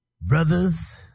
brothers